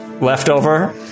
leftover